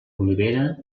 olivera